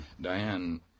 Diane